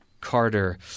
Carter